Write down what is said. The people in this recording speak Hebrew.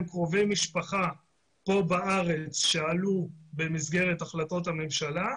קרובי משפחה פה בארץ שעלו במסגרת החלטות הממשלה,